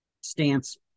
stance